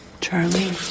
Charlie